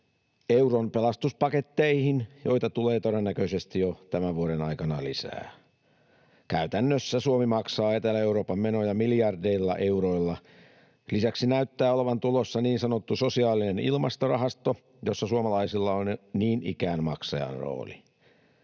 euron pelastuspaketteihin, joita tulee todennäköisesti jo tämän vuoden aikana lisää. Käytännössä Suomi maksaa Etelä-Euroopan menoja miljardeilla euroilla. Lisäksi näyttää olevan tulossa niin sanottu sosiaalinen ilmastorahasto, jossa suomalaisilla on niin ikään maksajan rooli.